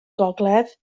gogledd